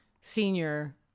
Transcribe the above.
Senior